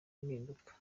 impinduka